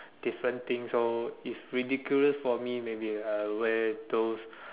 different things so if ridiculous for me maybe where those